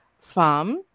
Farm